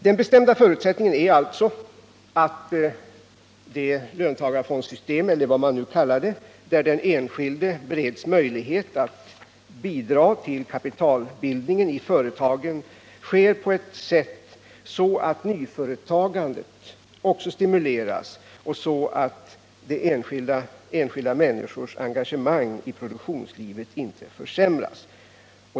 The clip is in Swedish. Den bestämda förutsättningen är alltså att det löntagarfondssystem, eller vad vi nu kallar det, där den enskilde bereds möjlighet att bidra till kapitalbildningen i företagen är utformat så att också nyföretagandet stimuleras och enskilda människors engagemang i produktionslivet inte försämras.